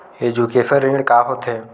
Education ऋण का होथे?